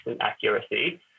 accuracy